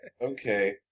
Okay